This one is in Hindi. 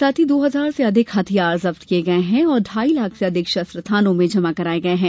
साथ ही दो हजार से अधिक हथियार जब्त किये गये हैं और ढाई लाख से अधिक शस्त्र थानों में जमा कराये गये हैं